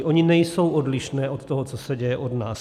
Ony nejsou odlišné od toho, co se děje u nás.